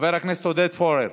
חבר הכנסת עודד פורר.